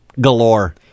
galore